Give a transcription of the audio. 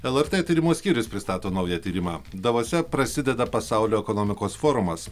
lrt tyrimų skyrius pristato naują tyrimą davose prasideda pasaulio ekonomikos forumas